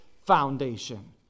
Foundation